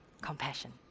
compassion